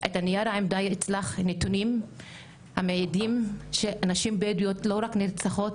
בנייר העמדה אצלך יש נתונים המעידים שנשים בדואיות לא רק נרצחות,